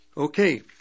Okay